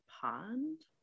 pond